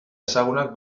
ezagunak